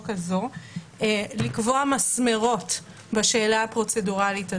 הזאת לקבוע מסמרות בשאלה הפרוצדורלית הזאת.